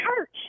church—